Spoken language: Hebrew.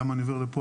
למה אני עובר לפה?